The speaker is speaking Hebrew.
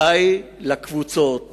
די לקבוצות